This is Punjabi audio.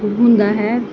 ਹੁੰਦਾ ਹੈ